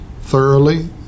thoroughly